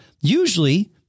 Usually